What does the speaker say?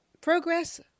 Progress